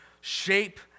shape